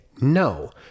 No